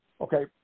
Okay